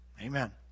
Amen